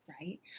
right